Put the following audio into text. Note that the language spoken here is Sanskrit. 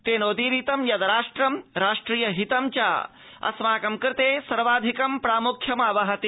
तेनोदीरितं यद् राष्ट्र राष्ट्रिय हितं च अस्माकं कृते सर्वाधिकं प्रामुख्यमावहति